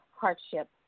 hardship